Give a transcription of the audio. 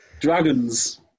Dragons